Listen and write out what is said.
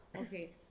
Okay